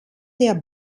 der